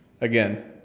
again